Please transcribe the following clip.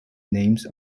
names